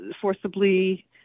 forcibly